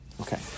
Okay